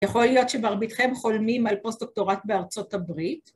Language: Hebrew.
‫יכול להיות שמרביתכם חולמים ‫על פוסט-דוקטורט בארצות הברית.